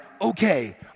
okay